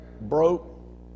Broke